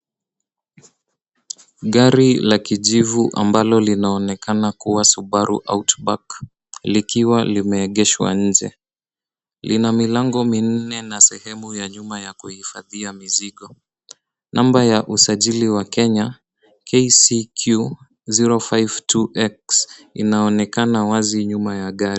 Gari la kijivu ambalo linaonekana kuwa Subaru Outback, likiwa limeegeshwa nje. Lina milango minne na sehemu ya nyuma ya kuhifadhia mizigo, namba ya usajili wa Kenya, KCQ 052X,inaonekana wazi nyuma ya gari.